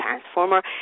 transformer